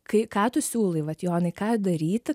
kai ką tu siūlai vat jonai ką daryti